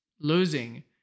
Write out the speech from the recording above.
losing